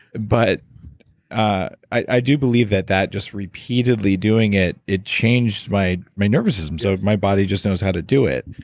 but ah i do believe that that, just repeatedly doing it, it changed my my nervous system, so my body just knows how to do it.